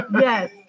yes